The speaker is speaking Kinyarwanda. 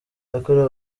yakorewe